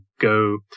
go